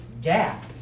gap